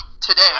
today